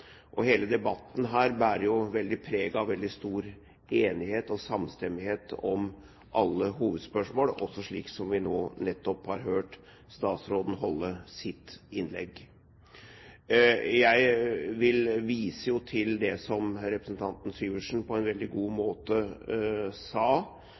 god. Hele debatten her bærer preg av veldig stor enighet om alle hovedspørsmål, også det innlegget som vi nå nettopp hørte statsråden holde. Jeg vil vise til det representanten Syversen på en veldig god måte sa